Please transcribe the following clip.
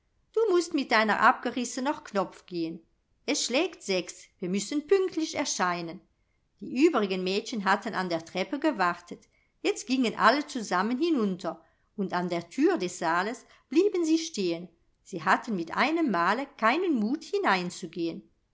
du mußt mit deiner abgerissener knopf gehen es schlägt sechs wir müssen pünktlich erscheinen die übrigen mädchen hatten an der treppe gewartet jetzt gingen alle zusammen hinunter und an der thür des saales blieben sie stehen sie hatten mit einem male keinen mut hineinzugehen